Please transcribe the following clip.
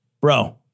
bro